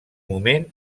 moment